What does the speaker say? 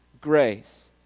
grace